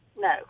No